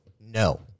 No